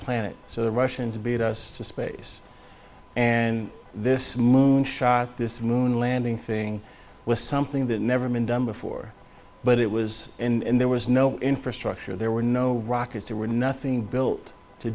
planet so the russians beat us to space and this moon shot this moon landing thing was something that never been done before but it was and there was no infrastructure there were no rockets there were nothing built to